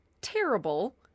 terrible